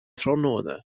tráthnóna